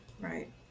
Right